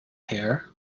hare